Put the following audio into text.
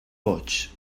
boigs